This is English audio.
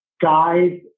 guys